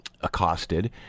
accosted